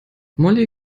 molly